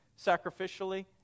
sacrificially